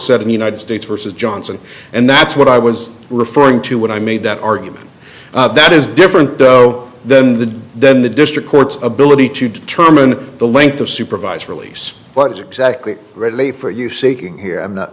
said in the united states versus johnson and that's what i was referring to when i made that argument that is different though than the then the district court's ability to determine the length of supervised release what exactly right late for you